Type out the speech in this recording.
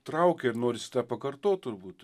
traukė ir norisi tą pakartot turbūt